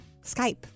Skype